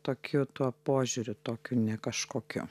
tokiu tuo požiūriu tokiu ne kažkokiu